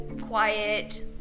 quiet